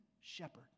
shepherd